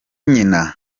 nyina